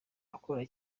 akora